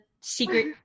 secret